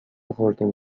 خوردیم